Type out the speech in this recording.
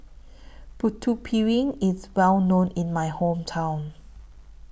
Putu Piring IS Well known in My Hometown